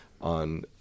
on